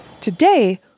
Today